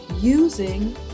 using